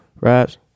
Raps